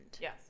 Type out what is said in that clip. yes